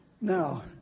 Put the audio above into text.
Now